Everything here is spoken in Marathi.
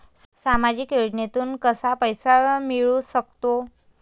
सामाजिक योजनेतून कसा पैसा मिळू सकतो?